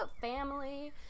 family